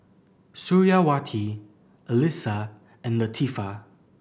Suriawati Alyssa and Latifa